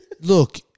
Look